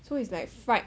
so it's like fried